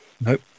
Nope